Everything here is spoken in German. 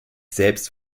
selbst